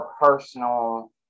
personal